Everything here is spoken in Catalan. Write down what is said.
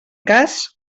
cas